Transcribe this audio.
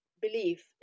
belief